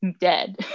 dead